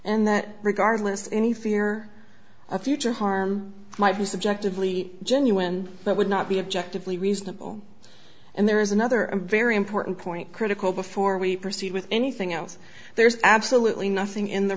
and that regardless any fear of future harm might be subjectively genuine but would not be objectively reasonable and there is another very important point critical before we proceed with anything else there's absolutely nothing in the